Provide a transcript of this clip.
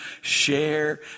share